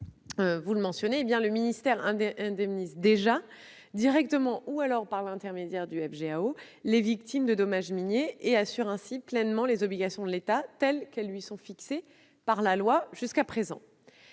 de l'après-mine, le ministère indemnise déjà, directement ou par l'intermédiaire du FGAO, les victimes de dommages miniers et assume ainsi pleinement les obligations de l'État telles qu'elles lui sont fixées par la loi. Comme